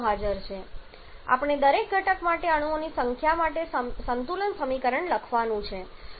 તેથી આપણે દરેક ઘટક માટે અણુઓની સંખ્યા માટે સંતુલન સમીકરણ લખવાનું છે